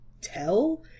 tell